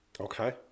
Okay